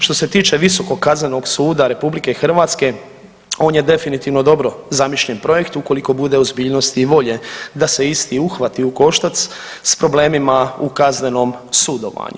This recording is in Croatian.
Što se tiče Visokog kaznenog suda RH on je definitivno dobro zamišljen projekt ukoliko bude ozbiljnosti i volje da se isti uhvati u koštac s problemima u kaznenom sudovanju.